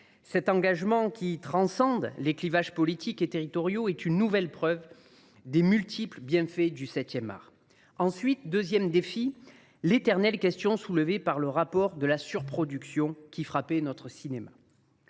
Cet engagement, qui transcende les clivages politiques et territoriaux, est une nouvelle preuve des multiples bienfaits du septième art. Le deuxième défi est l’éternelle question, soulevée par le rapport, de la surproduction qui frapperait notre cinéma.